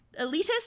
elitist